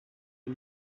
you